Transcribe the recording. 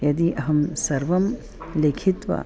यदि अहं सर्वं लिखित्वा